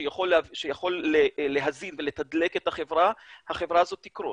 שיכול להזין ולתדלק את החברה אז החברה הזו תקרוס.